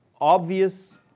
obvious